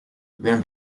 tuvieron